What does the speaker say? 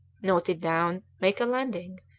note it down, make a landing,